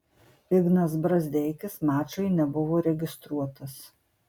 ignas brazdeikis mačui nebuvo registruotas